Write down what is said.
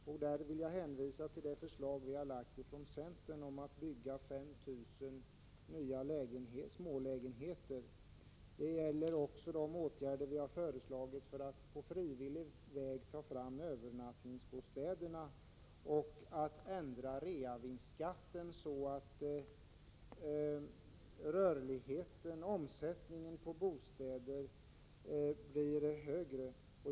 Låt mig hänvisa till centerns förslag om att bygga 5 000 nya smålägenheter. Vi har vidare föreslagit åtgärder för att på frivillig väg ta fram övernattningsbostäder och ändra reavinstskatten så att omsättningen på bostäder blir högre.